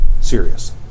serious